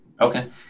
Okay